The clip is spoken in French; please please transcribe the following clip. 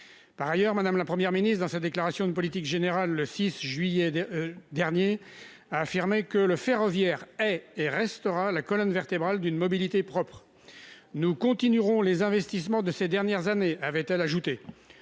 Par ailleurs, Mme la Première ministre, dans sa déclaration de politique générale prononcée le 6 juillet dernier, affirmait que « le ferroviaire est et restera la colonne vertébrale d'une mobilité propre ».« Nous continuerons les investissements de ces dernières années », avait-elle ajouté.